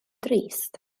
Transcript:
drist